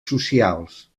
socials